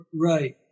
Right